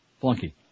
flunky